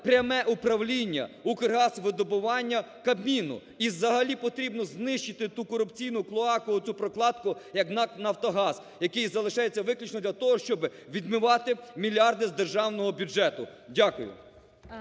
пряме управління "Укргазвидобування" Кабміну. І взагалі потрібно знищити ту корупційну клоаку, цю прокладку як НАК "Нафтогаз", який залишається виключно для того, щоб відмивати мільярди з державного бюджету. Дякую.